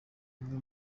imwe